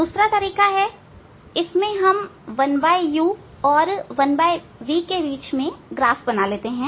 दूसरा तरीका इसमें हम 1u और 1v के बीच ग्राफ बनाते हैं